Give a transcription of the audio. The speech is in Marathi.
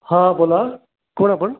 हा बोला कोण आपण